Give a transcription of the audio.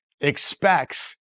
expects